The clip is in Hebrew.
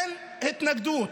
אין התנגדות